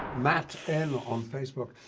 matt n on facebook,